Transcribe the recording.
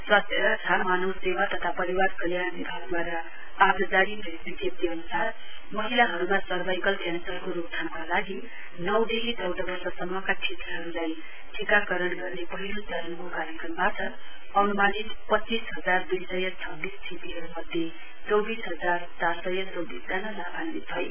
स्वास्थ्य रक्षा मानव सेवा तथा परिवर कल्याण विभागद्वारा आज जारी प्रेस विज्ञप्ती अन्सार महिलाहरुमा सर्भाइकल क्यान्सरको रोकथामका लागि नौ देखि चौध वर्षसम्मका ठिटीहरुलाई टिकाकरण गर्ने पहिलो चरणको कार्यक्रमवाट अनुमानित पच्चिस हजार दुई सय छब्बीस ठिटीहरुमध्ये चौविस हजार चार सय चौविसजना लाभान्वित भए